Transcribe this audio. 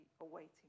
awaiting